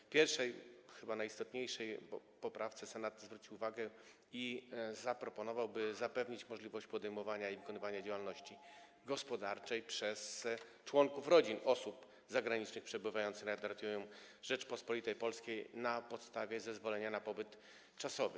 W pierwszej poprawce, chyba najistotniejszej, Senat zwrócił uwagę, zaproponował, by zapewnić możliwość podejmowania i wykonywania działalności gospodarczej przez członków rodzin osób zagranicznych przebywających na terytorium Rzeczypospolitej Polskiej na podstawie zezwolenia na pobyt czasowy.